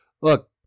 look